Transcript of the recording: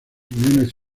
uniones